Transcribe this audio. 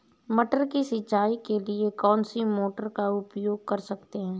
मटर की सिंचाई के लिए कौन सी मोटर का उपयोग कर सकते हैं?